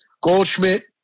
Goldschmidt